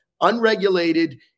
unregulated